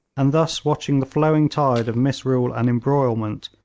and thus watching the flowing tide of misrule and embroilment,